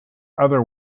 other